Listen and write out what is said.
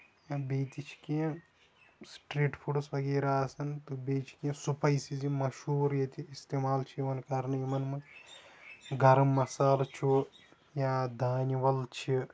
بیٚیہِ تہِ چھِ کینٛہہ سِٹریٹ فوٚڈٕس وغیرہ آسان بیٚیہِ چھِ کینٛہہ سٕپایسِز یِم مَشہوٗر ییٚتِکۍ اِستعمال چھِ یِوان کرنہٕ یِمن منٛز گرٕم مَسالہٕ چھُ یا دانہِ وَل چھِ